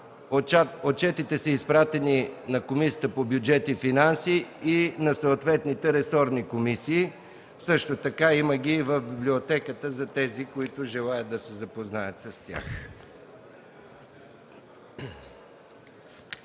Отчетите са изпратени на Комисията по бюджет и финанси и на съответните ресорни комисии. Има ги и в Библиотеката за тези, които желаят да се запознаят с тях.